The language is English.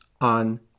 on